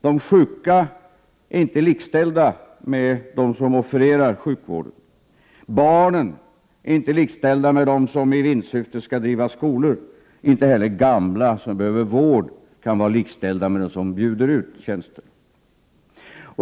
De sjuka är inte likställda med dem som offererar sjukvården. Barnen är inte likställda med dem som i vinstsyfte skall driva skolor. Inte heller gamla som behöver vård kan vara likställda med dem som bjuder ut tjänster.